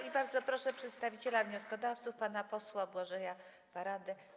I bardzo proszę przedstawiciela wnioskodawców pana posła Błażeja Paradę.